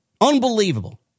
Unbelievable